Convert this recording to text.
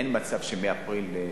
אין מצב שמאפריל.